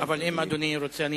אבל אם אדוני רוצה לענות,